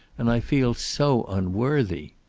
and i feel so unworthy.